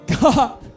God